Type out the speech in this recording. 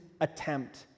attempt